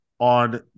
on